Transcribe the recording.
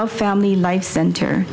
of family life center